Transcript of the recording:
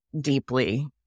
deeply